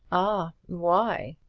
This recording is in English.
ah, why?